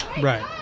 right